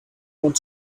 want